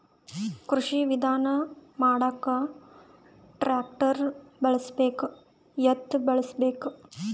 ಕೃಷಿ ವಿಧಾನ ಮಾಡಾಕ ಟ್ಟ್ರ್ಯಾಕ್ಟರ್ ಬಳಸಬೇಕ, ಎತ್ತು ಬಳಸಬೇಕ?